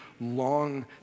long